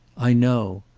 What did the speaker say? i know.